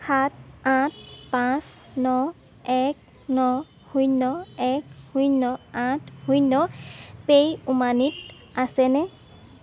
সাত আঠ পাঁচ ন এক ন শূন্য এক শূন্য আঠ শূন্য পে' ইউ মানিত আছেনে